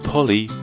Polly